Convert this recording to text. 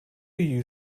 you